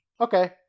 Okay